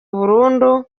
burundu